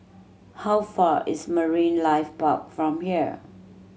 how far is Marine Life Park from here